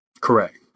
Correct